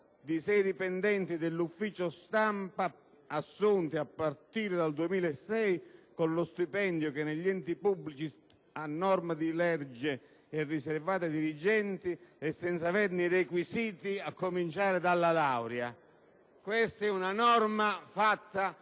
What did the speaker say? di sei dipendenti dell'ufficio stampa, impiegati, a partire dal 2006, con lo stipendio che negli enti pubblici a norma di legge è riservato ai dirigenti e senza averne i requisiti, a cominciare dalla laurea. Questa è una norma fatta